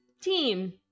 team